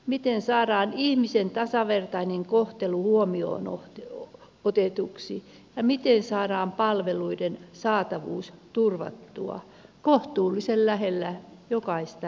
miten saadaan ihmisen tasavertainen kohtelu huomioon otetuksi ja miten saadaan palveluiden saatavuus turvattua kohtuullisen lähellä jokaista ihmistä